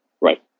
Right